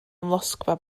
amlosgfa